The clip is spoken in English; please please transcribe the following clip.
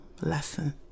lesson